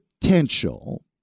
potential